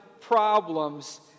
problems